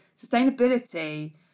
sustainability